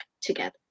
together